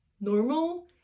normal